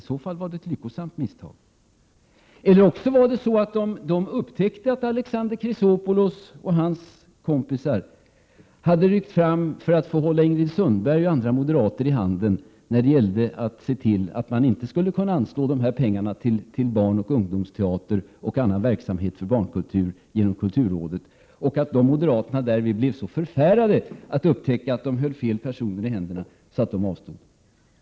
I så fall var det ett lyckosamt misstag, eller också upptäckte de att Alexander Chrisopoulos och hans kompisar hade ryckt fram för att få hålla Ingrid Sundberg och andra moderater i handen när det gällde att se till att man inte skulle kunna anslå de här pengarna till barnoch ungdomsteater och annan verksamhet för barnkulturen genom kulturrådet. Kanske moderaterna då blev så förfärade att upptäcka att de höll fel personer i händerna att de avstod från att rösta.